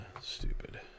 stupid